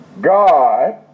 God